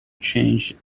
change